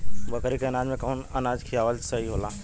बकरी के अनाज में कवन अनाज खियावल सही होला?